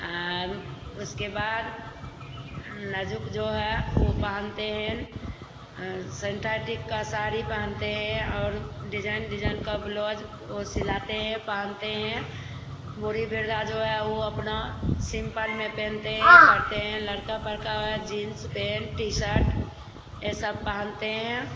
उसके बाद नाज़ुक जो है वे पहनते हैं संटाइटीक का साड़ी पहनते हैं और डिजाइन डिजाइन का बेलौज वह सिलाते हैं पहनते हैं बूढ़ी वृद्धा जो है वे अपना सिंपल में पहनते हैं करते हैं लड़का परका जींस पेंट टी शर्ट यह सब पहनते हैं